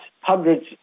hundreds